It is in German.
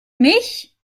mich